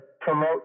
promote